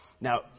Now